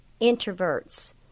introverts